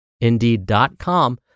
Indeed.com